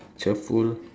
cheerful